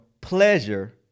pleasure